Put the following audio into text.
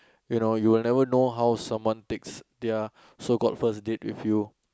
you know you will never know how someone takes their so call first date with you